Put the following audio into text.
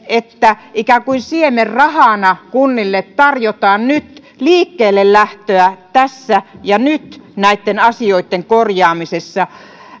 että ikään kuin siemenrahana kunnille tarjotaan nyt liikkeellelähtöä tässä ja nyt näitten asioitten korjaamisessa